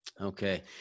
Okay